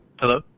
Hello